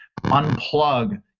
unplug